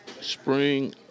spring